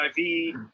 HIV